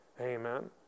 Amen